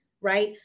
right